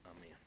Amen